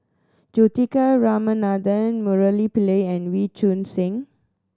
Juthika Ramanathan Murali Pillai and Wee Choon Seng